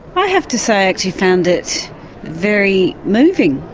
i have to say i actually found it very moving,